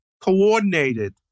coordinated